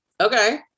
okay